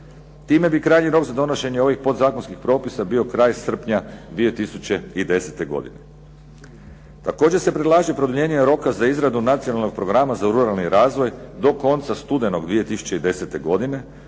Time bi krajnji rok za donošenje ovog podzakonskih propisa bio kraj srpnja 2010. godine. Također se predlaže produljenje roka za izradu nacionalnog programa za ruralni razvoj do konca studenog 2010. godine,